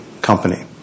company